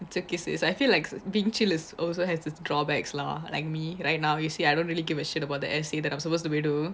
it's okay sis I feel like being chill also has its drawbacks lah like me right now you see I don't really give a shit about the essay that I'm supposed to do